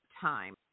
Time